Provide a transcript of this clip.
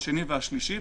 השני והשלישי,